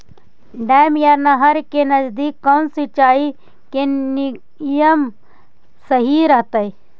Dam या नहर के नजदीक कौन सिंचाई के नियम सही रहतैय?